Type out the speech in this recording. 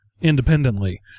independently